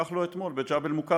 כך לא אתמול בג'בל-מוכבר,